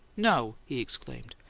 no! he exclaimed.